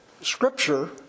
Scripture